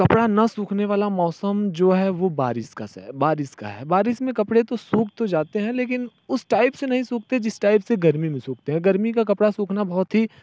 कपड़ा न सूखने वाला मौसम जो है वो बारिश का स है बारिश में कपड़े तो सूख तो जाते हैं लेकिन उसे टाइप से नहीं सूखते जिस टाइप से गर्मी में सूखते गर्मी का कपड़ा सूखना बहुत ही